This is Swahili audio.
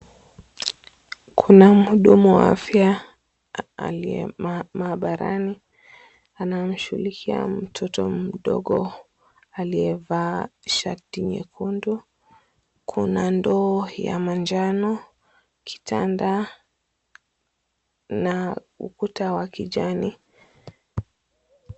Kuna mhudumu wa afya aliye mahabarani anamshughulikia mtoto mdogo aliyevaa shati nyekundu kuna ndoo ya manjano, kitanda na ukuta wa kijani.